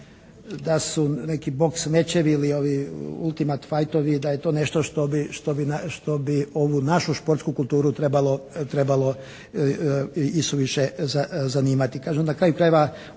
da su neki boks mečevi ili ovi ultimat fajtovi da je to nešto što bi ovu našu športsku kulturu trebalo isuviše zanimati.